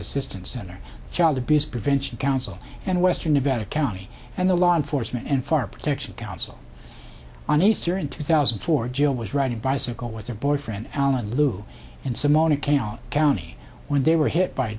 assistance center child abuse prevention council and western nevada county and the law enforcement and fire protection council on easter in two thousand and four jill was riding a bicycle with her boyfriend alan lou and some on account county when they were hit by a